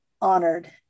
honored